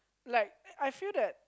like I feel that